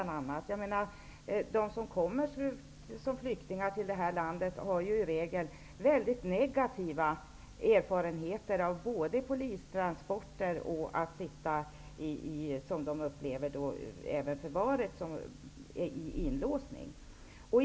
De flyktingar som kommer till Sverige har i regel mycket negativa erfarenheter både av polistransporter och av vistelse i förvar, där man låses in.